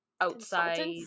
outside